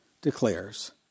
declares